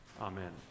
Amen